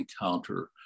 encounter